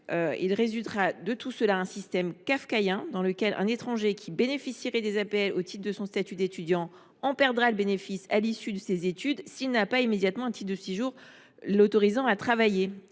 Il résultera de tout cela un système kafkaïen, dans lequel un étranger bénéficiant des APL au titre de son statut d’étudiant en perdra le bénéfice à l’issue de ses études s’il ne possède pas immédiatement un titre de séjour l’autorisant à travailler.